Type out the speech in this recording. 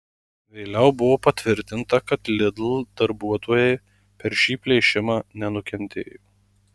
vėliau buvo patvirtinta kad lidl darbuotojai per šį plėšimą nenukentėjo